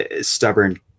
stubborn